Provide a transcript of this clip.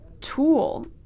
tool